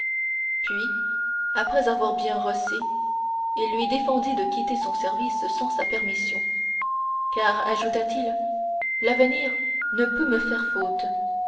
puis après l'avoir bien rossé il lui défendit de quitter son service sans sa permission car ajouta-t-il l'avenir ne peut me faire faute